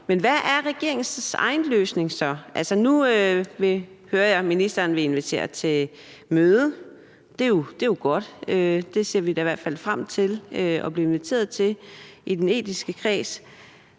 men hvad er regeringens egen løsning så? Altså, nu hører jeg, at ministeren vil invitere til et møde, og det er jo godt; det ser vi i den etiske kreds i hvert fald frem til at blive inviteret til. Men hvis